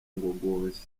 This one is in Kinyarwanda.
ngogozi